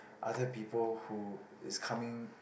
other people who is coming